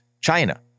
China